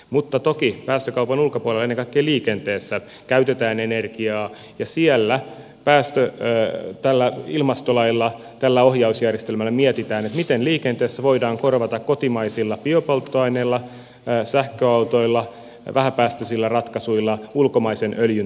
mutta toki päästökaupan ulkopuolella ennen kaikkea liikenteessä käytetään energiaa ja siinä tämän ilmastolain tämän ohjausjärjestelmän osalta mietitään miten liikenteessä voidaan korvata kotimaisilla biopolttoaineilla sähköautoilla vähäpäästöisillä ratkaisuilla ulkomaisen öljyn tuontia suomeen